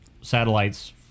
satellites